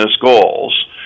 goals